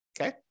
okay